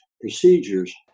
procedures